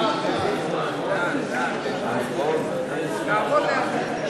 קדימה לסעיף 28 לא נתקבלה.